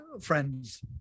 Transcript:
friends